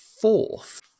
fourth